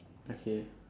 okay